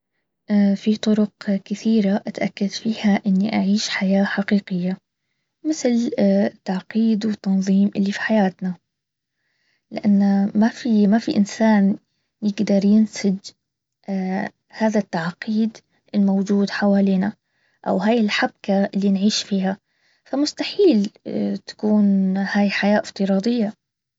في طرق كثيرة اتأكد فيها اني اعيش حياة حقيقية. مثل التعقيد والتنظيم اللي في حياتنا. لانه ما في ما في انسان يقدر ينسج هذا التعقيد الموجود حوالينا. او هاي الحبكة اللي نعيش فمستحيل تكون هي حياه افتراضيه